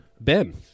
Ben